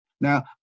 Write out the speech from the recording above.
now